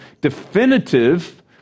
definitive